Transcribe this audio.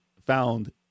found